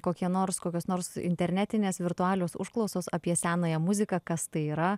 kokie nors kokios nors internetinės virtualios užklausos apie senąją muziką kas tai yra